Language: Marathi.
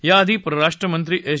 या आधी परराष्ट्र मंत्री एस